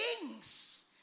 kings